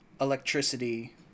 electricity